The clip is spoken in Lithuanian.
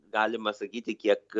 galima sakyti kiek